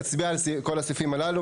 נצביע על כל הסעיפים הללו.